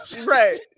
Right